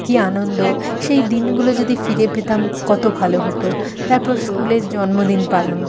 কী আনন্দ সেই দিনগুলো যদি ফিরে পেতাম কত ভালো হতো তারপর স্কুলের জন্মদিন পালন